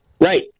Right